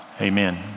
Amen